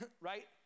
right